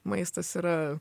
maistas yra